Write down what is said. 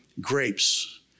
grapes